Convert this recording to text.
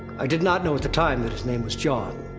i did not know at the time that his name was jon.